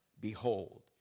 behold